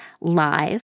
live